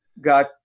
got